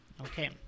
Okay